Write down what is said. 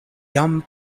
jam